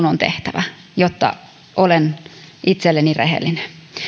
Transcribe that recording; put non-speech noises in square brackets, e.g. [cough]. [unintelligible] on tehtävä jotta olen itselleni rehellinen